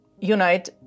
unite